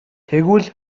тэгвэл